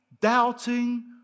doubting